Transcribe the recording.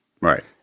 Right